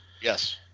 Yes